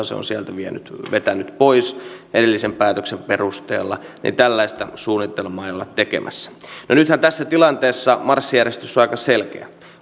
se on sieltä vetänyt vetänyt pois edellisen päätöksen perusteella niin tällaista suunnitelmaa ei olla tekemässä no nythän tässä tilanteessa marssijärjestys on aika selkeä